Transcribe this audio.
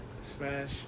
smash